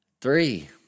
Three